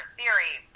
theory